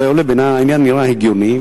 העניין נראה הגיוני,